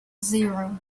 zero